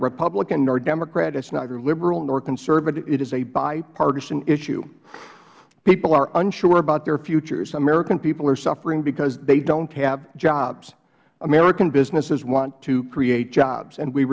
republican nor democrat it is neither liberal nor conservative it is a bipartisan issue people are unsure about their futures american people are suffering because they don't have jobs american businesses want to create jobs and we